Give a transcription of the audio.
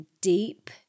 deep